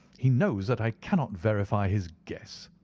he knows that i cannot verify his guess.